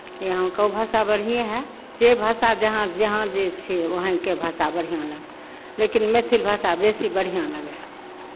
यहाउँके भाषा बढ़िएँ हए जे भाषा जहाँ जहाँ जे छै वहीँके भाषा बढ़िआँ लगै हइ लेकिन मैथिल भाषा बेसी बढ़िआँ लगै हइ